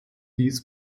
dies